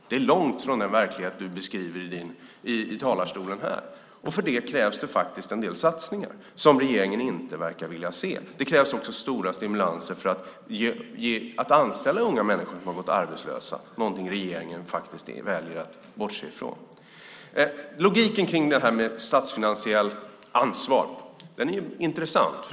Detta är långt från den verklighet som du beskriver här i talarstolen. Och för det krävs det en del satsningar som regeringen inte verkar vilja se. Det krävs också stora stimulanser för att anställa unga människor som har gått arbetslösa, någonting som regeringen väljer att bortse ifrån. Logiken kring detta med statsfinansiellt ansvar är intressant.